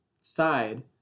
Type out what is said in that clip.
side